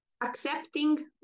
accepting